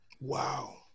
Wow